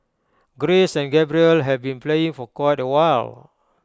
grace and Gabriel have been playing for quite awhile